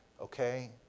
okay